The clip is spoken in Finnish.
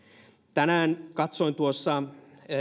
tänään katsoin tuossa